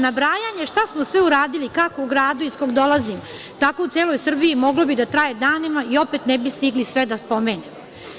Nabrajanje šta smo sve uradili, kako u gradu iz kog dolazim, tako u celoj Srbiji, moglo bi da traje danima i opet ne bismo stigli sve da pomenemo.